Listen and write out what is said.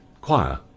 choir